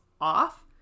off